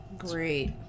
great